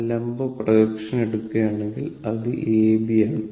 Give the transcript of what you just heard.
ആ ലംബ പ്രൊജക്ഷൻ എടുക്കുകയാണെങ്കിൽ അത് A B ആണ്